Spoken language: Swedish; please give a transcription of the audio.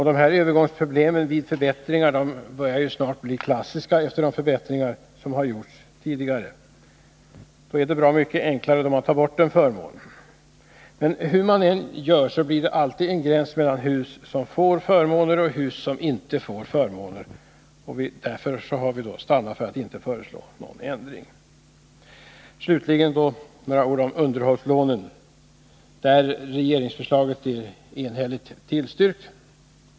De här övergångsproblemen vid förbättringar börjar bli klassiska, efter alla förbättringar som tidigare gjorts. Det är bra mycket enklare att ta bort en förmån. Men hur man än gör blir det alltid en gräns mellan hus som får förmåner och hus som inte får sådana. Därför har vi stannat för att inte föreslå någon ändring. Slutligen några ord om underhållslånen. På den punkten har regeringsförslaget enhälligt tillstyrkts.